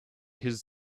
his